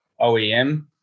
OEM